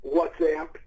WhatsApp